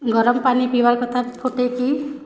ଗରମ୍ ପାନୀ ପିଇବାର୍ କଥା ଫୁଟାଇକି